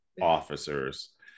officers